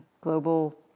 global